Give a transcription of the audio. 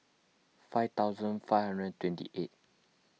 five thousand five hundred twenty eight